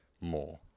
more